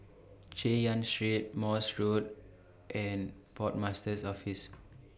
Chay Yan Street Morse Road and Port Master's Office